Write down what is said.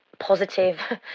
positive